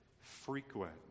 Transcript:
frequent